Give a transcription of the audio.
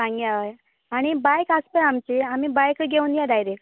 सांग्या हय आनी बायक आसा आमची आमी बायक घेवन या डायरेक्ट